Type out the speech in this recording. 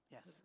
Yes